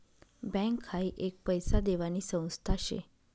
bank हाई एक पैसा देवानी संस्था शे